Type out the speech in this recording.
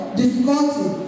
difficulty